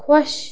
خۄش